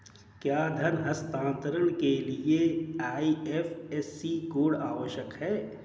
क्या धन हस्तांतरण के लिए आई.एफ.एस.सी कोड आवश्यक है?